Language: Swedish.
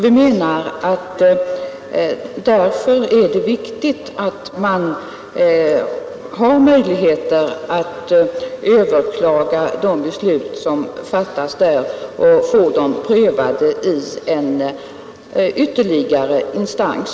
Vi menar att det därför är viktigt att det finns möjligheter att överklaga de beslut som fattas i delegationen och att få dem prövade i en ytterligare instans.